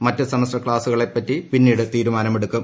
മറ്റ് സെമസ്റ്റർ ക്ലാസുകളെ പറ്റി പിന്നീട് തീരുമാനമെടുക്കും